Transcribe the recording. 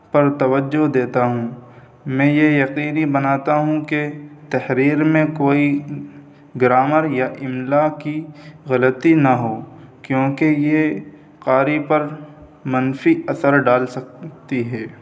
پر توجہ دیتا ہوں میں یہ یقینی بناتا ہوں کہ تحریر میں کوئی گرامر یا املا کی غلطی نہ ہو کیونکہ یہ قاری پر منفی اثر ڈال سکتی ہے